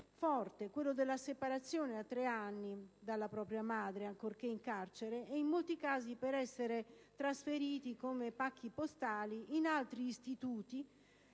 forte, quello della separazione, a tre anni, dalla propria madre - ancorché in carcere - e in molti casi per essere trasferiti come pacchi postali in altri istituti